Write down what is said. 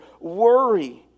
worry